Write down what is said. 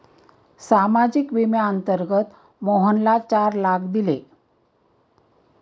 सामाजिक विम्याअंतर्गत मोहनला चार लाख दिले